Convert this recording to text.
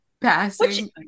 passing